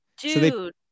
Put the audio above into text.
Dude